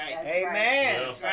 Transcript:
Amen